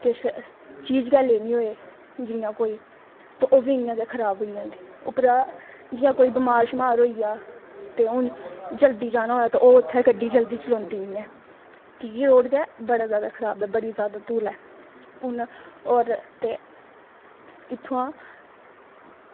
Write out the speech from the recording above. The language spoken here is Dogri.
किश चीज़ गै लेईं होऐ जियां कोई ते ओह्बी इंया गै खराब होई जंदी ऐ ते उप्परा हून जियां कोई बमार होई जा ते जल्दी जाना होऐ ते ओह् इत्थें गड्डी चलोंदी निं ऐ की के रोड़ बड़ी जादा खराब ऐ बड़ी जादा धूल ऐ होर ते इत्थुआं